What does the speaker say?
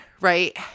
right